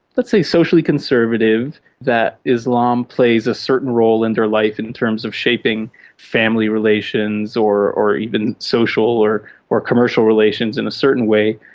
let's say, socially conservative that islam plays a certain role in their life and in terms of shaping family relations or or even social or or commercial relations in a certain way.